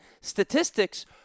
statistics